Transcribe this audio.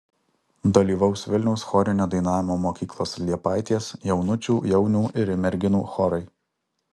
dalyvaus vilniaus chorinio dainavimo mokyklos liepaitės jaunučių jaunių ir merginų chorai